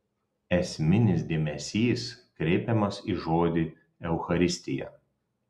esminis dėmesys kreipiamas į žodį eucharistija